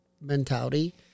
mentality